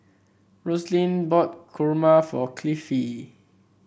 Roselyn bought Kurma for Cliffie